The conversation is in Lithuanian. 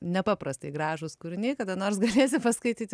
nepaprastai gražūs kūriniai kada nors galėsi paskaityti